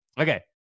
Okay